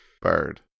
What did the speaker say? Bird